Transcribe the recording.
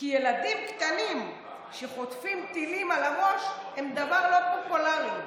"כי ילדים קטנים שחוטפים טילים על הראש הם דבר לא פופולרי.